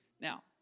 Now